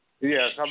Yes